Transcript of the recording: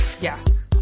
yes